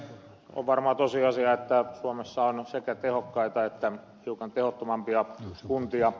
on varmaan tosiasia että suomessa on sekä tehokkaita että hiukan tehottomampia kuntia